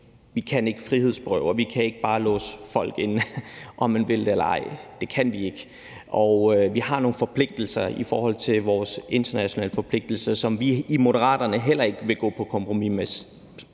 vi ikke kan frihedsberøve og bare låse folk inde, om man vil det eller ej. Det kan vi ikke; vi har nogle internationale forpligtelser, som vi i Moderaterne heller ikke vil gå på kompromis med,